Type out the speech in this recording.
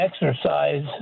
exercise